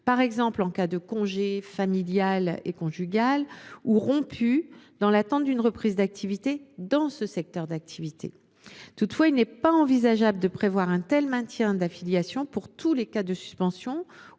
par exemple en cas de congé familial et conjugal, ou rompu dans l’attente d’une reprise d’activité dans ce secteur d’activité. Toutefois, il n’est pas envisageable de prévoir un tel maintien d’affiliation pour tous les cas de suspension